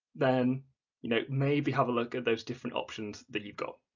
then you know maybe have a look at those different options that you've got.